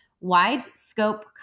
wide-scope